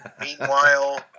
meanwhile –